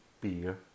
beer